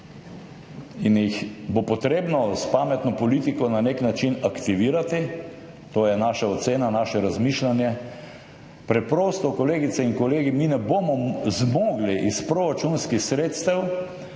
in jih bo potrebno s pametno politiko na nek način aktivirati. To je naša ocena, naše razmišljanje. Preprosto, kolegice in kolegi, mi ne bomo zmogli iz proračunskih sredstev,